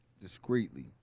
Discreetly